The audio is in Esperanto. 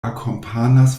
akompanas